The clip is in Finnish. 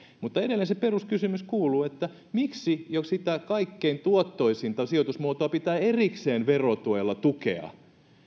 mutta edelleen se peruskysymys kuuluu miksi sitä jo kaikkein tuottoisinta sijoitusmuotoa pitää erikseen verotuella tukea